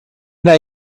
that